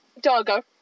Dargo